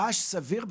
מר חיראלדין,